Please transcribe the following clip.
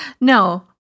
No